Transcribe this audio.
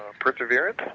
ah perseverance?